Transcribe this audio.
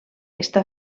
està